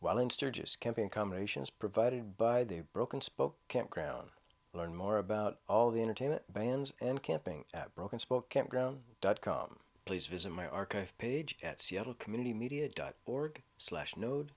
while in sturgis camping combinations provided by the broken spoke campground learn more about all the entertainment vans and camping at broken spoke campground dot com please visit my archive page at seattle community media dot org slash node